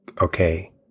okay